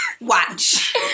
Watch